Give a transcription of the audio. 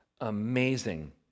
amazing